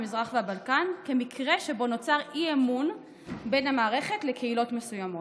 המזרח והבלקן כמקרה שבו נוצר אי-אמון בין המערכת לקהילות מסוימות.